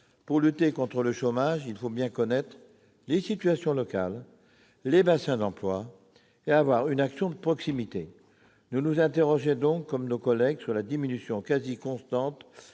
Pour lutter contre le chômage, il faut bien connaître les situations locales ainsi que les bassins d'emploi et déployer une action de proximité. Nous nous interrogeons donc, comme nos collègues, sur la diminution quasi constante